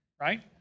right